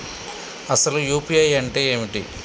అసలు యూ.పీ.ఐ అంటే ఏమిటి?